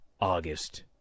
August